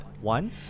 one